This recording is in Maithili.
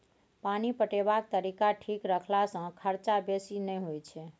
पानि पटेबाक तरीका ठीक रखला सँ खरचा बेसी नहि होई छै